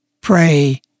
pray